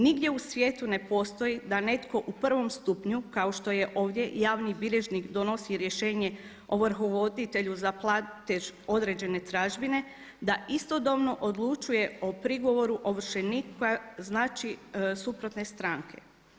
Nigdje u svijetu ne postoji da netko u prvom stupnju kao što je ovdje javni bilježnik donosi rješenje ovrhovoditelju za platež određene tražbine da istodobno odlučuje o prigovoru ovršenika znači suprotne stranke.